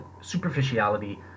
superficiality